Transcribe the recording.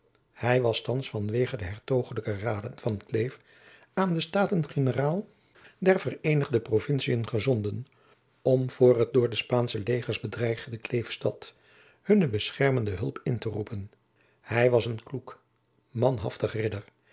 hij was thands van wege de hertoglijke raden van kleef aan de staten generaal der vereenigde provintiën gezonden om voor het door de spaansche legers bedreigde kleefsland hunne beschermende hulp in te roepen hij was een kloek manhaftig ridder